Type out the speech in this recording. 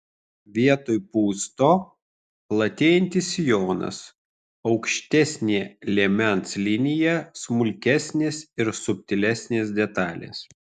vietoj pūsto platėjantis sijonas aukštesnė liemens linija smulkesnės ir subtilesnės detalės